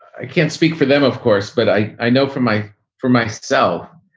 i can't speak for them of course, but i i know from my for myself,